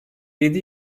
yedi